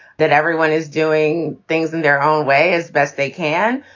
that everyone is doing things in their own way as best they can.